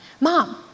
mom